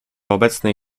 obecnej